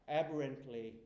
aberrantly